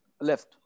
left